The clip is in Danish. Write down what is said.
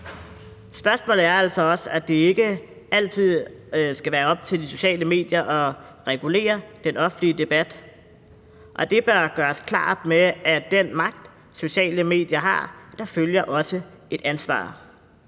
Spørgsmålet er altså også, om det ikke altid skal være op til de sociale medier at regulere den offentlige debat, og det bør gøres klart, at med den magt, sociale medier har, følger også et ansvar.